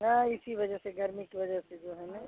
हाँ इसी वजह से गर्मी की वजह से जो है ना